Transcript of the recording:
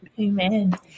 Amen